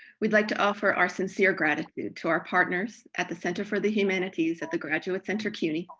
we'd like to offer our sincere gratitude to our partners at the center for the humanities at the graduate center, cuny,